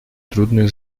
трудные